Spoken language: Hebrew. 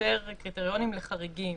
לייצר קריטריונים לחריגים